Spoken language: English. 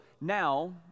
now